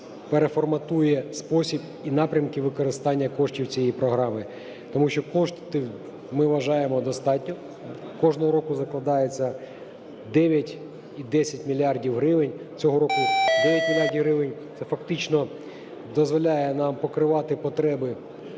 переформатує спосіб і напрямки використання коштів цієї програми. Тому що коштів, ми вважаємо, достатньо, кожного року закладається 9,10 мільярда гривень. Цього року 9 мільярдів гривень, це фактично дозволяє нам покривати потреби